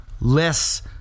less